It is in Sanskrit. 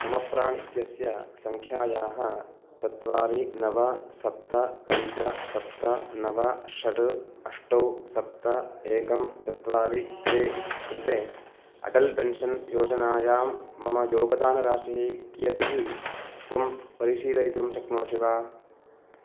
मम प्राण् इत्यस्य सङ्ख्यायाः चत्वारि नव सप्त पञ्च सप्त नव षट् अष्ट सप्त एकं चत्वारि द्वे कृते अटल् पेन्शन् योजनायां मम योगदानराशिः कियत् इति त्वं परिशीलयितुं शक्नोषि वा